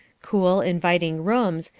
cool, inviting rooms,